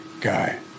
guy